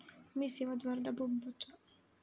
మీసేవ ద్వారా డబ్బు పంపవచ్చా?